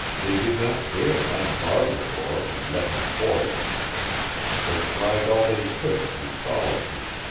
they did not dare unbar the door and let him forth they tried all they could to solace him.